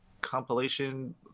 compilation